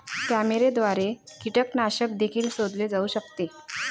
कॅमेऱ्याद्वारे कीटकनाशक देखील शोधले जाऊ शकते